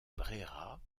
brera